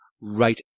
right